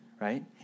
right